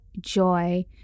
joy